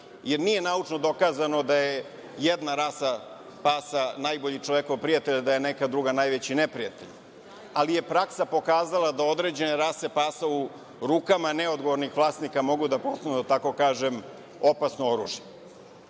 jer nije naučno dokazano da je jedna rasa pasa najbolji čovekov prijatelj, a da je neka druga najveći neprijatelj, ali je praksa pokazala da određene rase pasa u rukama neodgovornih vlasnika mogu da postanu, da tako kažem, opasno oružje.